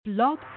blog